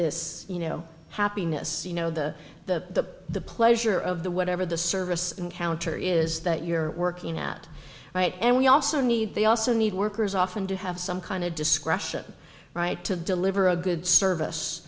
this you know happiness you know the the the pleasure of the whatever the service encounter is that you're working at it and we also need they also need workers often to have some kind of discretion right to deliver a good service